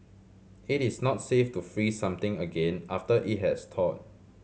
it is not safe to freeze something again after it has thawed